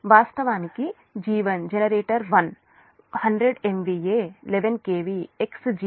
వాస్తవానికి G1 generator 1 100 MVA 11 KV Xg10 కి 0